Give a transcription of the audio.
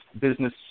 business